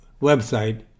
website